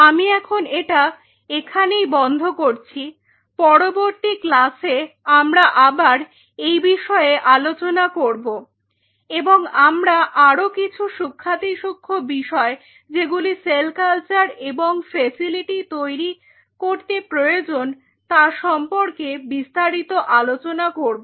আমি এখন এটা এখানেই বন্ধ করছি পরবর্তী ক্লাসে আমরা আবার এই বিষয়ে আলোচনা করব এবং আমরা আরো কিছু সূক্ষ্মাতিসূক্ষ্ম বিষয় যেগুলি সেল কালচার এবং ফ্যাসিলিটি তৈরি করতে প্রয়োজন তার সম্পর্কে বিস্তারিত আলোচনা করব